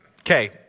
Okay